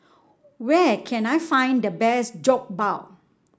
where can I find the best Jokbal